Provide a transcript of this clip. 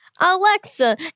Alexa